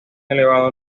elevado